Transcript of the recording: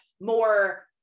more